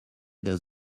does